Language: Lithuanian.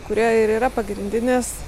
kurie ir yra pagrindinės